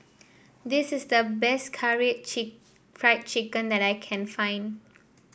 this is the best Karaage Fried Chicken that I can find